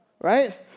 right